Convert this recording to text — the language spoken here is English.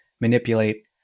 manipulate